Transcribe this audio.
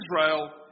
Israel